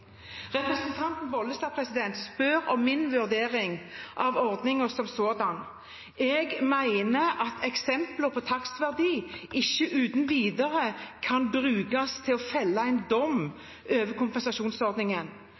spør om min vurdering av ordningen som sådan. Jeg mener at eksempler på takstverdi ikke uten videre kan brukes til å felle en dom over kompensasjonsordningen.